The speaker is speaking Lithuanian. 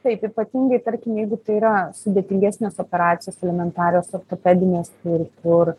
taip ypatingai tarkim jeigu tai yra sudėtingesnės operacijos elementarios ortopedinės ir kur